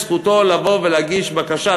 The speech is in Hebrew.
זכותו לבוא ולהגיש בקשה.